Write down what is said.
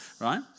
right